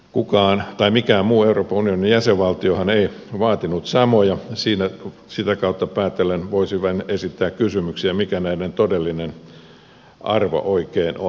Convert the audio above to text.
kukaan tai mikään muu euroopan unionin jäsenvaltiohan ei vaatinut samoja ja sitä kautta päätellen voisi vain esittää kysymyksiä mikä näiden todellinen arvo oikein on